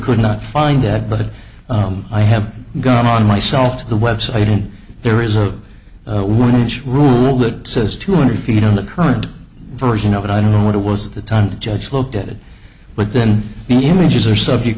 could not find that but i have gotten myself to the website and there is a one inch rule that says two hundred feet on the current version of it i don't know what it was the time the judge looked at it but then images are subject